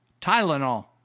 Tylenol